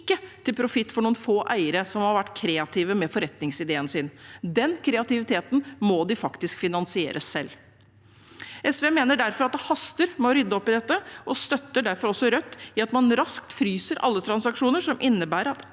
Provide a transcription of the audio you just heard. ikke til profitt for noen få eiere som har vært kreative med forretningsideen sin. Den kreativiteten må de faktisk finansiere selv. SV mener derfor at det haster med å rydde opp i dette og støtter derfor også Rødt i at man raskt fryser alle transaksjoner som innebærer at